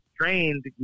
trained